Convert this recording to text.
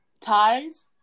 ties